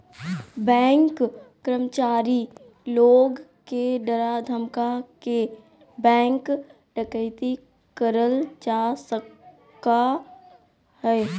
bank कर्मचारी लोग के डरा धमका के बैंक डकैती करल जा सका हय